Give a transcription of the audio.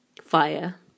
fire